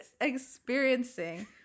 experiencing